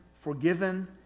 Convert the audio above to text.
forgiven